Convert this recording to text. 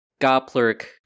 Goplerk